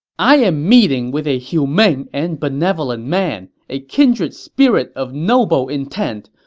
i am meeting with a humane and benevolent man, a kindred spirit of noble intent.